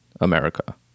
America